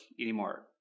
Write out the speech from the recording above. anymore